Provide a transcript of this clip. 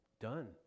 done